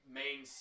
main